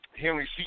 Henry